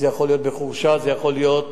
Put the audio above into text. זה יכול להיות בחורשה, זה יכול להיות